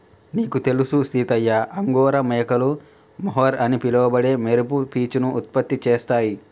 నీకు తెలుసు సీతయ్య అంగోరా మేకలు మొహర్ అని పిలవబడే మెరుపు పీచును ఉత్పత్తి చేస్తాయి